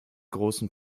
großen